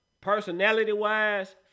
personality-wise